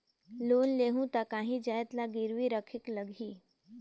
Loan लेहूं ता काहीं जाएत ला गिरवी रखेक लगही?